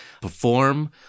perform